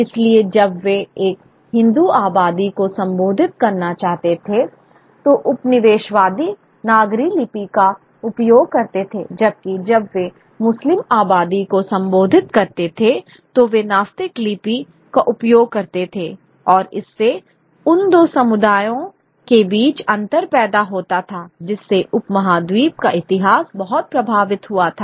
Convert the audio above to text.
इसलिए जब वे एक हिंदू आबादी को संबोधित करना चाहते थे तो उपनिवेशवासी नागरी लिपि का उपयोग करते थे जबकि जब वे मुस्लिम आबादी को संबोधित करते थे तो वे नास्तिक लिपि का उपयोग करते थे और इससे उन दो समुदायों के बीच अंतर पैदा होता था जिससे उपमहाद्वीप का इतिहास बहुत प्रभावित हुआ था